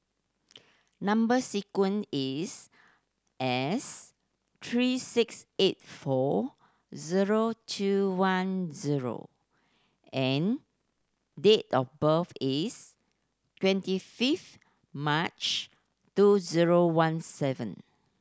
number sequence is S three six eight four zero two one zero and date of birth is twenty fifth March two zero one seven